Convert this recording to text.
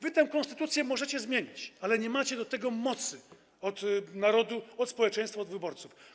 Wy tę konstytucję możecie zmienić, ale nie macie do tego mocy uzyskanej od narodu, od społeczeństwa, od wyborców.